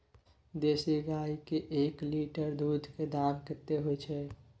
देसी गाय के एक लीटर दूध के दाम कतेक होय छै?